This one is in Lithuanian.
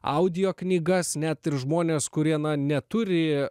audio knygas net ir žmonės kurie neturi